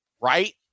Right